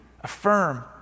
affirm